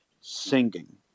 singing